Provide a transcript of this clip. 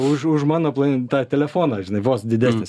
už už mano plan tą telefoną žinai vos didesnis